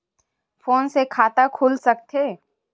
Phone से खाता खुल सकथे?